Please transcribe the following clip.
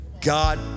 God